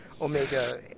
Omega